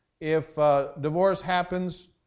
if-divorce-happens